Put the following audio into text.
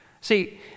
See